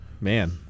Man